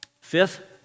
Fifth